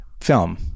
film